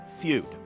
feud